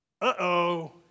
Uh-oh